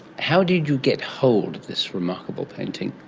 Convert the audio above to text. how did you get hold of this remarkable painting?